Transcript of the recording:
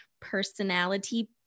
personality